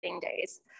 days